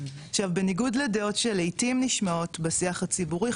עכשיו בניגוד לדעות שלעיתים נשמעות בשיח הציבורי,